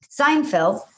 Seinfeld